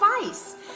advice